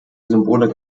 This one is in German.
symbole